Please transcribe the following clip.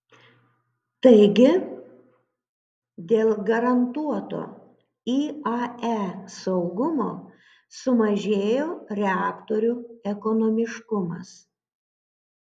taigi dėl garantuoto iae saugumo sumažėjo reaktorių ekonomiškumas